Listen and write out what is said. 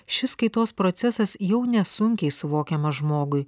šis kaitos procesas jau nesunkiai suvokiamas žmogui